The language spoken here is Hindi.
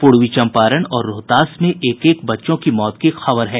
पूर्वी चम्पारण और रोहतास में एक एक बच्चों की मौत की खबर है